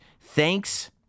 Thanks